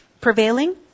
prevailing